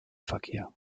verkehr